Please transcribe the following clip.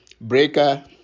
Breaker